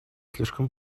слишком